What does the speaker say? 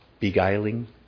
Beguiling